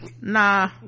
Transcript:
nah